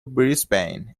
brisbane